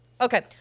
Okay